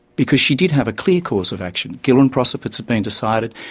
because she did have a clear cause of action giller and procopets had been decided,